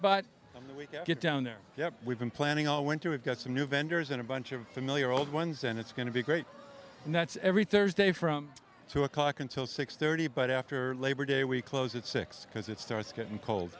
we get down there yeah we've been planning all went to it got some new vendors and a bunch of familiar old ones and it's going to be great and that's every thursday from two o'clock until six thirty but after labor day we close at six because it starts getting cold